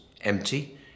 empty